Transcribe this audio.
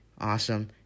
awesome